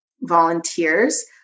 volunteers